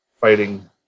fighting